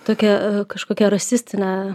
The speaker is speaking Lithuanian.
tokią kažkokią rasistinę